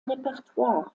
repertoire